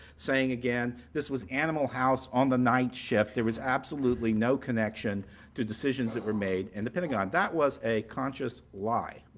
saying again, this was animal house on the night shift. there was absolutely no connection to decisions that were made in the pentagon. that was a conscious lie.